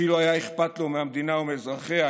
שאילו היה אכפת לו מהמדינה ומאזרחי היה